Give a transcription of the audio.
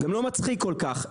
גם לא מצחיק כל כך,